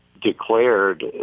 declared